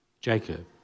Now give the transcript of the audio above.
Jacob